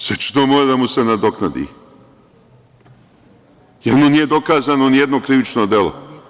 Sve će to morati da mu se nadoknadi, jer mu nije dokazano nijedno krivično delo.